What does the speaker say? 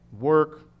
Work